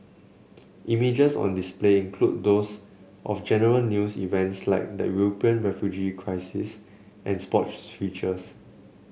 images on display include those of general news events like the European refugee crisis and sports features